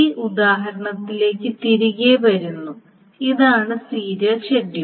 ഈ ഉദാഹരണത്തിലേക്ക് തിരികെ വരുന്നു ഇതാണ് സീരിയൽ ഷെഡ്യൂൾ